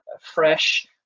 fresh